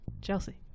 Chelsea